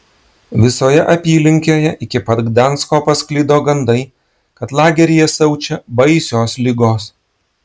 visoje apylinkėje iki pat gdansko pasklido gandai kad lageryje siaučia baisios ligos